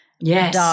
yes